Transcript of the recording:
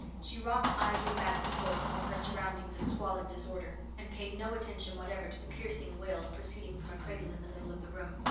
she rocked idly back and forth amid her surroundings of squalid disorder, and paid no attention whatever to the piercing wails proceeding from a cradle in the middle of the room.